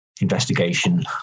investigation